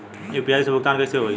UPI से भुगतान कइसे होहीं?